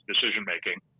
decision-making